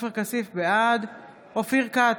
בעד אופיר כץ,